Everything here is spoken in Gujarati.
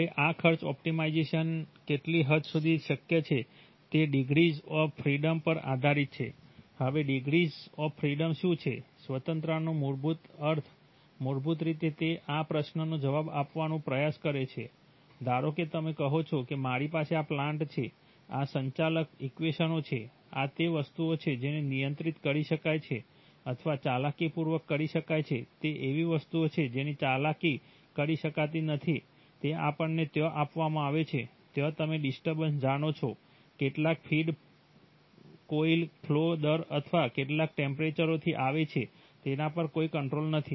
હવે આ ખર્ચ ઓપ્ટિમાઇઝેશન કેટલી હદ સુધી શક્ય છે તે ડિગ્રીઝ ઓફ ફ્રિડમ પર આધારિત છે હવે ડિગ્રીઝ ઓફ ફ્રિડમ શું છે સ્વતંત્રતાનો મૂળભૂત અર્થ છે મૂળભૂત રીતે તે આ પ્રશ્નનો જવાબ આપવાનો પ્રયાસ કરે છે ધારો કે તમે કહો છો કે મારી પાસે આ પ્લાન્ટ છે આ સંચાલક ઇક્વેશનો છે આ તે વસ્તુઓ છે જેને નિયંત્રિત કરી શકાય છે અથવા ચાલાકીપૂર્વક કરી શકાય છે તે એવી વસ્તુઓ છે જેની ચાલાકી કરી શકાતી નથી તે આપણને ત્યાં આપવામાં આવે છે ત્યાં તમે ડિસ્ટર્બન્સ જાણો છો કેટલાક ફિડ કોઈક ફ્લૉ દર અથવા કેટલાક ટેમ્પરેચરેથી આવે છે તેના પર કોઈ કંટ્રોલ નથી